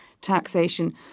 taxation